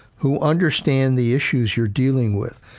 who understand the issues you're dealing with,